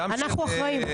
אנחנו אחראים.